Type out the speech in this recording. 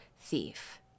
thief